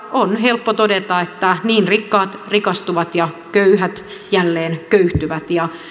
on helppo todeta että niin rikkaat rikastuvat ja köyhät jälleen köyhtyvät ja